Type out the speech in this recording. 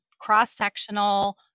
cross-sectional